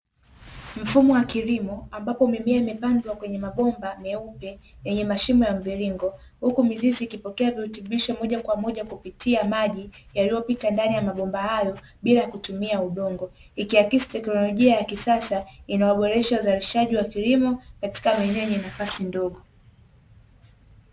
Mfumo wa kilimo ambapo mimea imepandwa kwenye mabomba meupe yenye mashimo ya mviringo, huku mizizi ikipokea virutubisho moja kwa moja kupitia maji yaliyopita ndani ya mabomba hayo bila kutumia udongo, ikiakisi teknolojia ya kisasa inayoboresha uzalishaji wa kilimo katika maeneo yenye nafasi ndogo.